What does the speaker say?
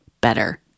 better